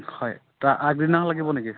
হয় তাৰ আগদিনা লাগিব নেকি